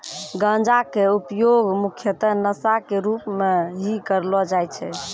गांजा के उपयोग मुख्यतः नशा के रूप में हीं करलो जाय छै